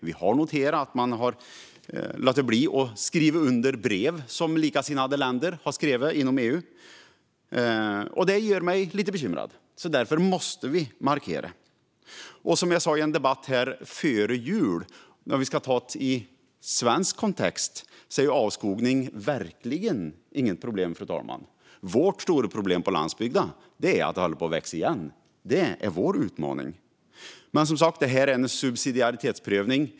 Vi har också noterat att man har låtit bli att skriva under brev som likasinnade länder inom EU har skrivit. Det gör mig lite bekymrad. Därför måste vi markera. Fru talman! Som jag sa i en debatt före jul är avskogning verkligen inget problem i svensk kontext. Vårt stora problem på landsbygden är att den håller på och växer igen. Det är vår utmaning. Det här gäller som sagt en subsidiaritetsprövning.